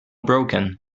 broken